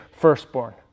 firstborn